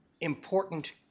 important